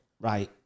right